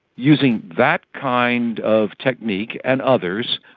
using that kind of technique and others,